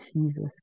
Jesus